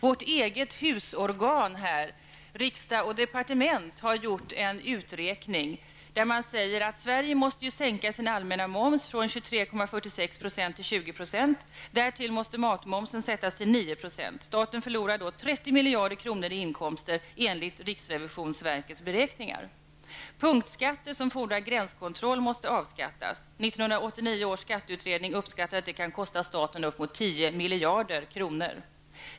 Vårt eget husorgan, Från Riksdag & Departement, har gjort en uträkning där man säger att Sverige måste sänka sin allmänna moms från 23,46 % till 20 %. Därtill måste matmomsen sättas till 9 %. Staten förlorar då 30 miljarder kronor i inkomster, enligt riksrevisionsverkets beräkningar. Punktskatter som fordrar gränskontroll måste avskaffas. 1989 års skatteutredning uppskattar att detta kan kosta staten uppemot 10 miljarder kronor.